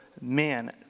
man